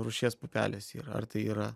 rūšies pupelės yra ar tai yra